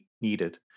needed